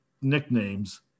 Nicknames